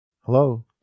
Hello